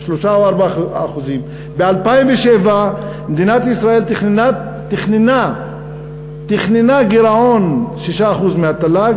3% או 4%. ב-2007 מדינת ישראל תכננה גירעון 6% מהתל"ג,